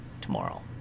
tomorrow